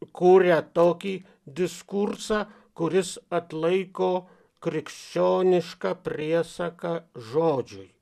kuria tokį diskursą kuris atlaiko krikščionišką priesaką žodžiui